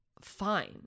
fine